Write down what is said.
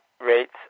rates